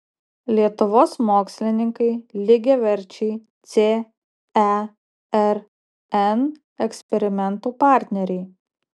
lietuvos mokslininkai lygiaverčiai cern eksperimentų partneriai